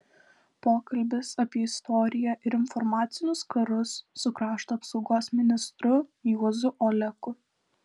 pokalbis apie istoriją ir informacinius karus su krašto apsaugos ministru juozu oleku